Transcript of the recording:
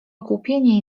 ogłupienie